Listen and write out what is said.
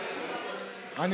אני